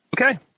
Okay